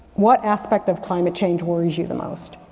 what aspect of climate change worries you the most?